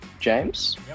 James